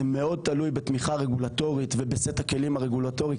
זה מאוד תלוי בתמיכה רגולטורית ובסט הכלים הרגולטורי,